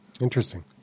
Interesting